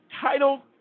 title